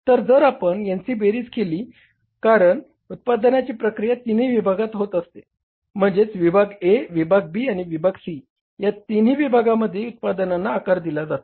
तर जर आपण यांची बेरीज केली तर कारण उत्पादनाची प्रक्रिया तिन्ही विभागात होत असते म्हणजेच विभाग A विभाग B विभाग C या तिन्ही विभागांमध्ये उत्पादनांना आकार दिला जातो